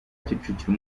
kicukiro